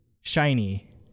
Shiny